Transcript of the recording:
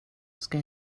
ska